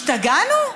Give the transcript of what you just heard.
השתגענו?